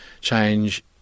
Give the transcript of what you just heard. change